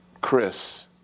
Chris